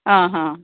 हा हा